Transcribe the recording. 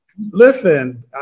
Listen